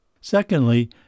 Secondly